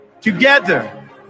Together